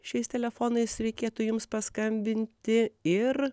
šiais telefonais reikėtų jums paskambinti ir